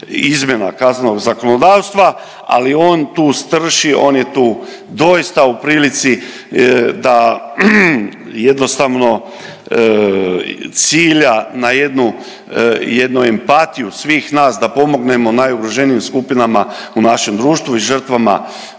izmjena kaznenog zakonodavstva ali on tu strši, on je tu doista u prilici da jednostavno cilja na jednu, jednu empatiju svih nas da pomognemo najugroženijim skupinama u našem društvu i žrtvama